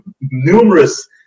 numerous